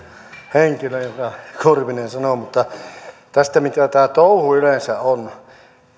henkilö jonka kurvinen sanoi mutta tästä mitä tämä touhu yleensä on